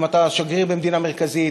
אם אתה שגריר במדינה מרכזית,